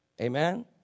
Amen